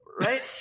right